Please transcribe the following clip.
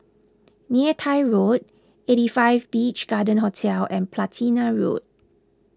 Neythai Road eight five Beach Garden Hotel and Platina Road